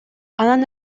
анан